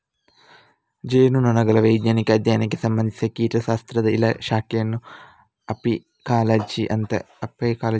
ಜೇನುನೊಣಗಳ ವೈಜ್ಞಾನಿಕ ಅಧ್ಯಯನಕ್ಕೆ ಸಂಬಂಧಿಸಿದ ಕೀಟ ಶಾಸ್ತ್ರದ ಶಾಖೆಯನ್ನ ಅಪಿಕಾಲಜಿ ಅಂತ ಹೇಳ್ತಾರೆ